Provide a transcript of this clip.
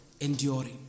enduring